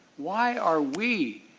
why are we,